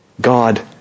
God